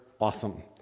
awesome